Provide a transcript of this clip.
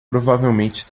provavelmente